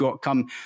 come